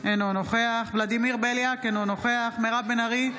אינו נוכח ולדימיר בליאק, אינו נוכח מירב בן ארי,